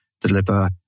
deliver